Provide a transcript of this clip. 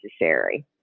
necessary